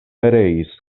pereis